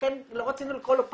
לכן לא רצינו לקרוא לו פיילוט,